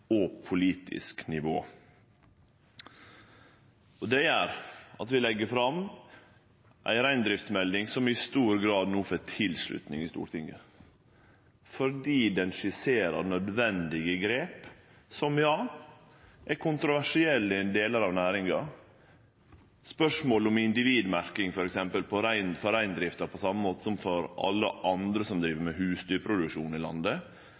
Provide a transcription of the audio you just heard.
og politisk nivå. Det gjer at vi legg fram ei reindriftsmelding som i stor grad no får tilslutning i Stortinget, fordi ho skisserer nødvendige grep som, ja, er kontroversielle i delar av næringa. Spørsmålet om individmerking, f.eks., for reindrifta på same måte som for alle andre som driv med husdyrproduksjon i landet,